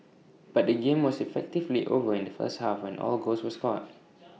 but the game was effectively over in the first half when all goals were scored